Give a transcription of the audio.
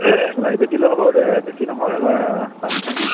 লাইব্ৰেৰীত দিলেও হ'ব বেছি নহয় পাঁচখনমান